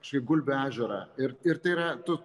kažkaip gulbių ežerą ir ir tai yra tu